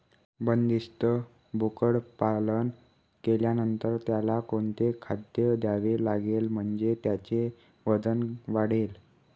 बंदिस्त बोकडपालन केल्यानंतर त्याला कोणते खाद्य द्यावे लागेल म्हणजे त्याचे वजन वाढेल?